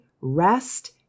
rest